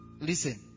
listen